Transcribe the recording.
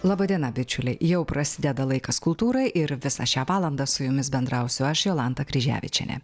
laba diena bičiuliai jau prasideda laikas kultūrai ir visą šią valandą su jumis bendrausiu aš jolanta kryževičienė